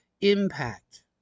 impact